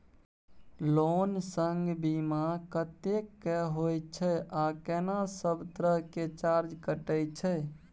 Loan संग बीमा कत्ते के होय छै आ केना सब तरह के चार्ज कटै छै?